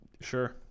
Sure